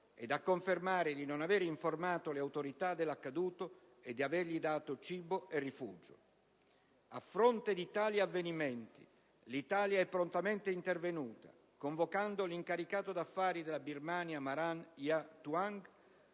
ed a confermare di non aver informato la autorità dell'accaduto e di avergli dato cibo e rifugio. A fronte di tali avvenimenti l'Italia è prontamente intervenuta, convocando l'Incaricato d'Affari della Birmania Maran Ja Taung.